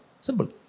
Simple